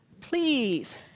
please